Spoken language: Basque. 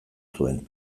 zuen